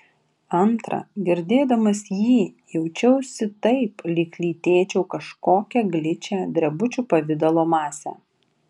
antra girdėdamas jį jaučiausi taip lyg lytėčiau kažkokią gličią drebučių pavidalo masę